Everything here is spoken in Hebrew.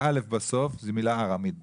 זו מילה ארמית בכלל.